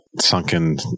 sunken